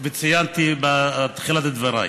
וציינתי זאת בתחילת דבריי.